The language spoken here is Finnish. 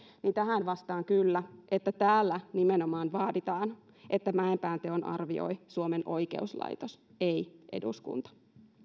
niin tähän vastaan kyllä että täällä nimenomaan vaaditaan että mäenpään teon arvioi suomen oikeuslaitos ei eduskunta